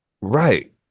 Right